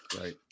Right